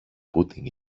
putting